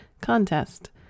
contest